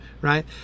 right